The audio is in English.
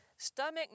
Stomach